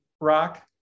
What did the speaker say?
rock